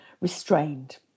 restrained